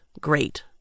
great